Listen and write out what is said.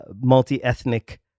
multi-ethnic